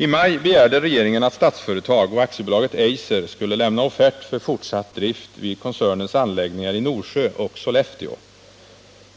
I maj begärde regeringen att Statsföretag och AB Eiser skulle lämna offert för fortsatt drift vid koncernens anläggningar i Norsjö och Sollefteå.